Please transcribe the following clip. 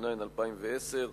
התש"ע 2010,